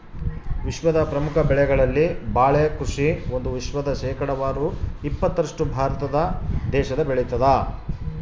ವಿಶ್ವದ ಪ್ರಮುಖ ಬೆಳೆಗಳಲ್ಲಿ ಬಾಳೆ ಕೃಷಿ ಒಂದು ವಿಶ್ವದ ಶೇಕಡಾವಾರು ಇಪ್ಪತ್ತರಷ್ಟು ಭಾರತ ದೇಶ ಬೆಳತಾದ